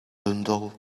bundel